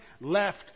left